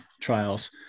trials